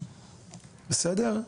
בסדר?